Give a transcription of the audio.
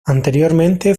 anteriormente